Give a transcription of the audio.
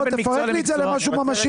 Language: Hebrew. לא, תפרט לי את זה למשהו ממשי.